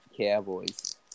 Cowboys